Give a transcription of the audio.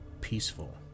peaceful